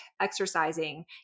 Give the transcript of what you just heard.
exercising